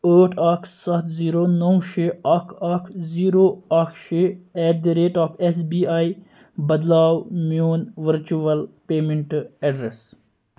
ٲٹھ اکھ ستھ زیٖرو نو شےٚ اکھ اکھ زیٖرو اکھ شےٚ at the rate of S B I بدلاو میٛون ؤرچُول پیمٮ۪نٹہٕ ایڈرس